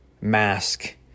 mask